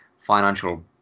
financial